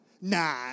Nah